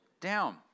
down